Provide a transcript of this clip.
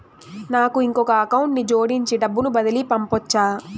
నాకు ఇంకొక అకౌంట్ ని జోడించి డబ్బును బదిలీ పంపొచ్చా?